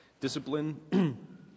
discipline